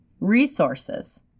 resources